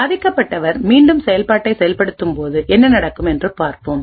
பாதிக்கப்பட்டவர் மீண்டும் செயல்பாட்டை செயல்படுத்தும்போது என்ன நடக்கும் என்று பார்ப்போம்